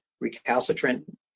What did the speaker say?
recalcitrant